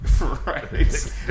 Right